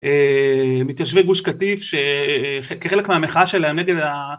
מתיישבי גוש קטיף שכחלק מהמחאה שלהם נגד ה...